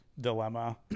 dilemma